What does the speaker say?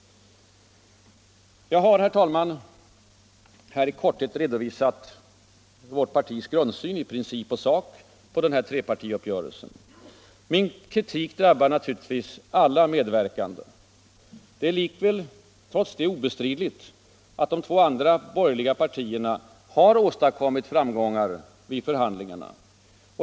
Jag har, herr talman, här i korthet redovisat vårt partis grundsyn — i princip och i sak — på trepartiuppgörelsen. Min kritik drabbar naturligtvis alla medverkande. Det är likväl obestridligt att de två andra borgerliga partierna åstadkommit framgångar vid förhandlingarna.